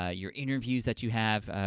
ah your interviews that you have.